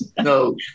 No